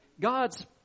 God's